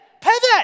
Pivot